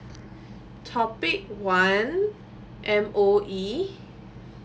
topic one M_O_E